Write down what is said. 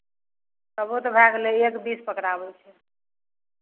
तभो तऽ भए गेलै एक बीस पकड़ाबै छै